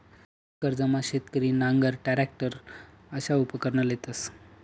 कृषी कर्जमा शेतकरी नांगर, टरॅकटर अशा उपकरणं लेतंस